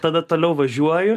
tada toliau važiuoju